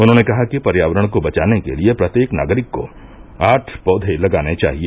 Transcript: उन्होंने कहा कि पर्यावरण को बचाने के लिए प्रत्येक नागरिक को आठ पौधे लगाने चाहिए